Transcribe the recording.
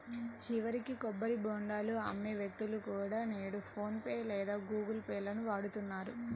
చివరికి కొబ్బరి బోండాలు అమ్మే వ్యక్తులు కూడా నేడు ఫోన్ పే లేదా గుగుల్ పే లను వాడుతున్నారు